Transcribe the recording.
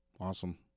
Awesome